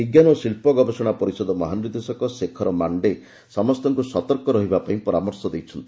ବିଜ୍ଞାନ ଓ ଶିଳ୍ପ ଗବେଷଣା ପରିଷଦ ମହାନିର୍ଦ୍ଦେଶ ଶେଖର ମାଣ୍ଡେ ସମସ୍ତଙ୍କୁ ସତର୍କ ରହିବା ପାଇଁ ପରାମର୍ଶ ଦେଇଛନ୍ତି